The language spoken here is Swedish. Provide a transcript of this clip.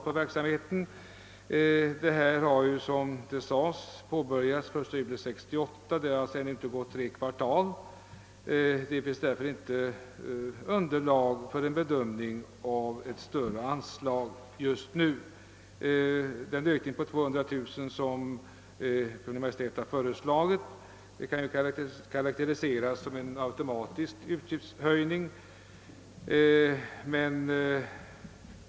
Handikappinstitutet startade den 1 juli 1968. ännu har alltså inte mer än tre kvartal förflutit, och därför finns nu inte något underlag för en bedömning av huruvida större anslag bör utgå. Den ökning med 200 000 kronor som Kungl. Maj:t föreslagit kan ju karakteriseras som en automatisk utgiftshöjning.